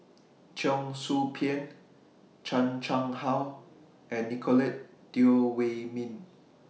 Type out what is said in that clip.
Cheong Soo Pieng Chan Chang How and Nicolette Teo Wei Min